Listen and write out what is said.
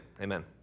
amen